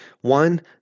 One